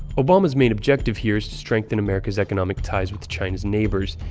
obama's main objective here is to strengthen america's economic ties with china's neighbors,